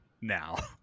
now